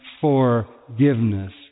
forgiveness